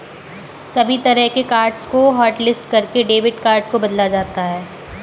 सभी तरह के कार्ड्स को हाटलिस्ट करके डेबिट कार्ड को बदला जाता है